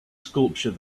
sculpture